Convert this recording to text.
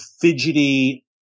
fidgety